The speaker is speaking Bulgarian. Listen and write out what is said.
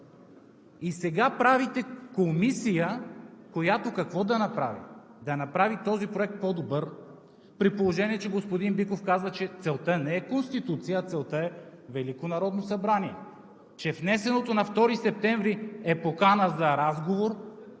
И сега правите комисия, която какво да направи? Да направи този проект по-добър, при положение че господин Биков казва, че целта не е Конституция, а целта е Велико народно събрание, че внесеното на 2 септември е покана за разговор.